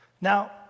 Now